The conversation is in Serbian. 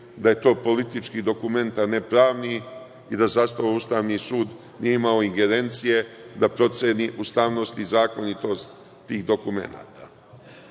da je to politički dokument, a ne pravni, i da zato Ustavni sud nije imao ingerencije da proceni ustavnost i zakonitost tih dokumenata. Kako